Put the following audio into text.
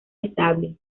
estable